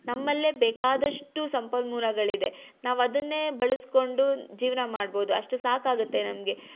ನಮ್ಮಲ್ಲೇ ಬೇಕಾದಷ್ಟು ಸಂಪನ್ಮೂಲಗಳಿದೆ ನಾವು ಅದನ್ನೇ ಬಳಸಿಕೊಂಡು ಜೀವನ ಮಾಡ್ಬೋದು ಅಷ್ಟು ಸಾಕಾಗುತ್ತೆ ನಮಗೆ